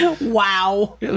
Wow